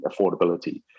affordability